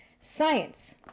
science